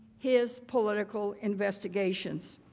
his political investigation.